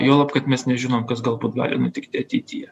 juolab kad mes nežinom kas galbūt gali nutikti ateityje